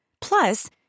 Plus